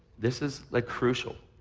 this is like crucial.